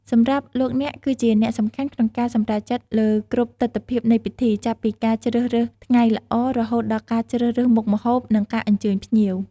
សម្រាប់លោកអ្នកគឺជាអ្នកសំខាន់ក្នុងការសម្រេចចិត្តលើគ្រប់ទិដ្ឋភាពនៃពិធី ចាប់ពីការជ្រើសរើសថ្ងៃល្អ រហូតដល់ការជ្រើសរើសមុខម្ហូប និងការអញ្ជើញភ្ញៀវ។